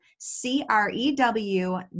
C-R-E-W